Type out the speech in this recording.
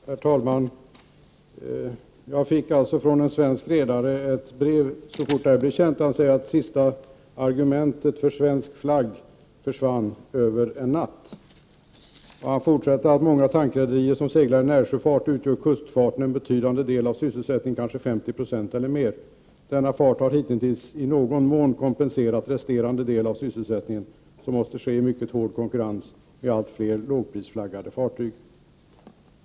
Herr talman! Jag fick alltså ett brev från en svensk redare så fort detta blev känt. Han skriver att sista argumentet för svensk flagg försvann över en natt. Han skriver vidare att för många tankrederier som seglar i närsjöfart utgör kustfarten en betydande del av sysselsättningen, kanske 50 6 eller mer. Denna fart har hitintills i någon mån kompenserat resterande del av sysselsättningen, som måste ske i mycket hård konkurrens med allt fler lågprisflaggade fartyg.